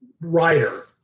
writer